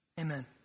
amen